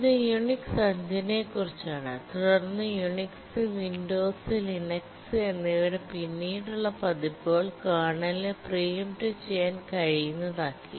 ഇത് യുണിക്സ് 5 നെക്കുറിച്ചാണ് തുടർന്ന് യുണിക്സ് വിൻഡോസ് ലിനക്സ് എന്നിവയുടെ പിന്നീടുള്ള പതിപ്പുകൾ കേർണലിനെ പ്രീ എംപ്ട് ചെയ്യാൻ കഴിയുന്നതാക്കി